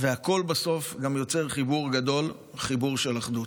והכול בסוף גם יוצר חיבור גדול, חיבור של אחדות.